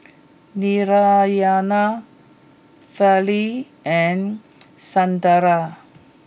Narayana Fali and Sunderlal